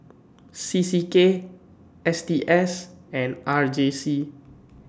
C C K S T S and R J C